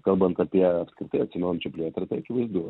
kalbant apie apskritai atsinaujinčių plėtrą tai akivaizdu